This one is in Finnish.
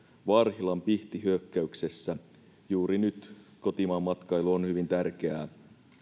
varhilan pihtihyökkäyksessä juuri nyt kotimaanmatkailu on hyvin tärkeää